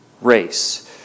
race